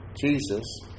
Jesus